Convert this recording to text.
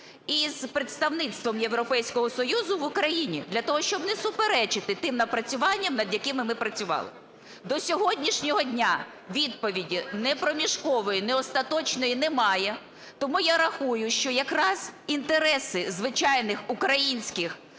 із Представництвом Європейського Союзу в Україні для того, щоб не суперечити тим напрацюванням, над якими ми працювали. До сьогоднішнього дня відповіді ні проміжкової, ні остаточної немає. Тому я рахую, що якраз інтереси звичайних українських